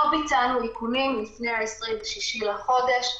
לא ביצענו איכונים לפני ה-26 בחודש.